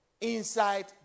inside